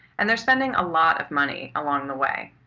and they're spending a lot of money along the way.